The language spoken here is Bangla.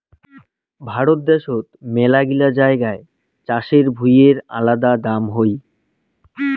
ভারত দ্যাশোত মেলাগিলা জাগায় চাষের ভুঁইয়ের আলাদা দাম হই